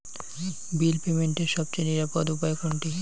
বিল পেমেন্টের সবচেয়ে নিরাপদ উপায় কোনটি?